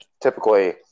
typically